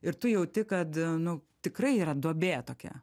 ir tu jauti kad nu tikrai yra duobė tokia